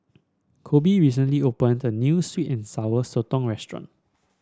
Koby recently opened a new sweet and Sour Sotong restaurant